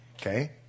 okay